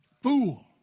Fool